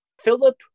Philip